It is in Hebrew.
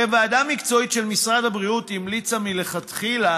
הרי ועדה מקצועית של משרד הבריאות המליצה מלכתחילה